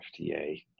FDA